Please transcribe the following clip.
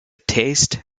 taste